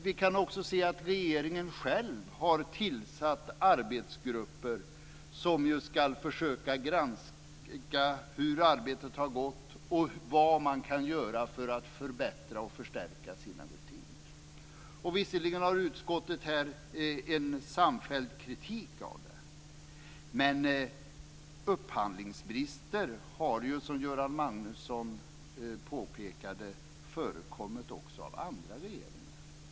Vi kan också se att regeringen själv har tillsatt arbetsgrupper som ska försöka granska hur arbetet har gått och vad man kan göra för att förbättra och förstärka sina rutiner. Visserligen uttalar utskottet på den här punkten en samfälld kritik, men upphandlingsbrister har ju, som Göran Magnusson påpekade, också förekommit hos andra regeringar.